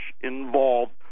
involved